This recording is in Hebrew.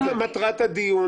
אם מטרת הדיון